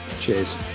Cheers